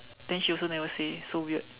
then she also never say so weird